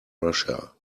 russia